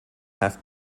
have